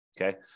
okay